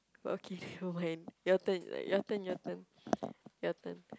okay hold hand your turn your turn your turn your turn